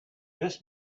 this